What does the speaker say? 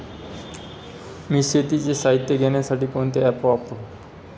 मी शेतीचे साहित्य घेण्यासाठी कोणते ॲप वापरु?